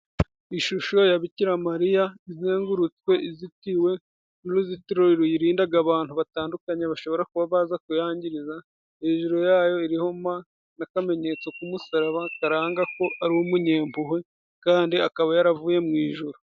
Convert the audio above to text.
Ishusho ya Bikiramariya izengurutswe, izitiwe n'uruzitiro ruyirindaga abantu batandukanye bashobora kuba baza kuyangiriza hejuru yayo iriho M , n'akamenyetso k'umusaraba karanga ko ari umunyempuhwe kandi akaba yaravuye mu ijuru.